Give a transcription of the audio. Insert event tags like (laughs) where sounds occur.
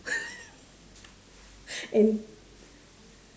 (laughs) and